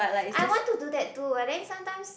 I want to do that too but then sometimes